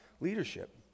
leadership